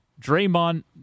Draymond